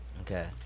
Okay